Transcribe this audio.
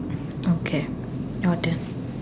okay your turn